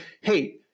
hey-